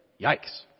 yikes